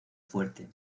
fuerte